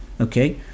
Okay